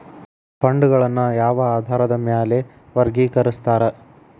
ಫಂಡ್ಗಳನ್ನ ಯಾವ ಆಧಾರದ ಮ್ಯಾಲೆ ವರ್ಗಿಕರಸ್ತಾರ